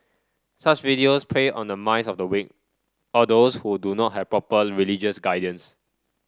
such videos prey on the minds of the weak or those who do not have proper religious guidance